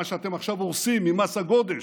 מה שאתם עכשיו הורסים עם מס הגודש.